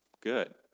good